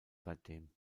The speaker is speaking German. seitdem